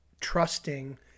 trusting